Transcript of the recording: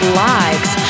likes